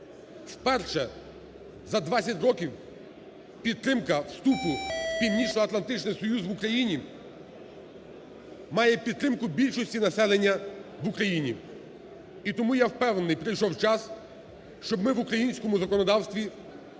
вперше за 20 років підтримка вступу в Північноатлантичний союз в Україні має підтримку більшості населення в Україні. І тому, я впевнений, прийшов час, щоб ми в українському законодавстві змогли